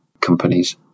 companies